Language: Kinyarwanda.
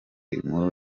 inkuru